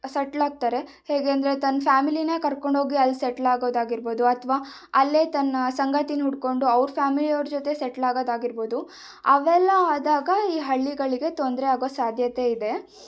ಸೆಟ್ಲಾಗ್ತಾರೆ ಹೇಗೆ ಅಂದರೆ ತನ್ನ ಫ್ಯಾಮಿಲಿಯನ್ನೇ ಕರ್ಕೊಂಡು ಹೋಗಿ ಅಲ್ಲಿ ಸೆಟ್ಲಾಗೋದಾಗಿರ್ಬೋದು ಅಥವಾ ಅಲ್ಲೇ ತನ್ನ ಸಂಗಾತಿನ ಹುಡ್ಕೊಂಡು ಅವರ ಫ್ಯಾಮಿಲಿ ಅವರ ಜೊತೆ ಸೆಟ್ಲ್ ಆಗೋದಾಗಿರ್ಬೋದು ಅವೆಲ್ಲ ಆದಾಗ ಈ ಹಳ್ಳಿಗಳಿಗೆ ತೊಂದರೆ ಆಗೋ ಸಾಧ್ಯತೆ ಇದೆ